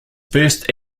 first